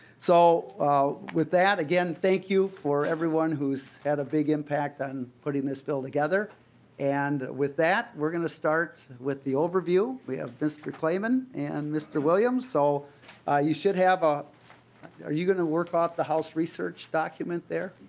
so with that again thank you for everyone who's had a big impact on putting this bill together and with that we will start with the overview. we have mr. claimant and mr. williams. so ah you should have ah are you gonna work off the house research document there?